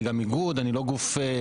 אני גם איגוד; אני לא גוף מסחרי.